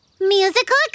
Musical